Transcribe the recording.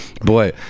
boy